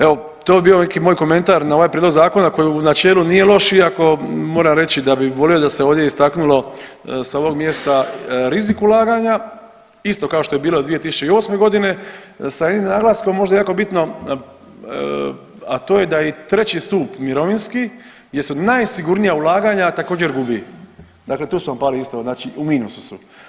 Evo to bi bio neki moj komentar na ovaj prijedlog zakona koji u načelu nije loš, iako moram reći da bi volio da se ovdje istaknulo s ovog mjesta rizik ulaganja, isto kao što je bilo 2008.g. sa jednim naglaskom možda jako bitno, a to je da i treći stup mirovinski gdje su najsigurnija ulaganja također gubi, dakle tu smo pali isto u minusu su.